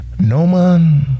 Noman